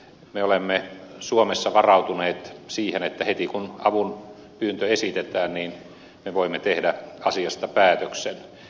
me olemme suomessa varautuneet siihen että heti kun avunpyyntö esitetään me voimme tehdä asiasta päätöksen